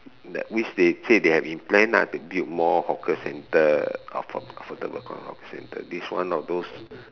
that which they say they have been planned lah to build more hawker center aff~ affordable hawker center this one of those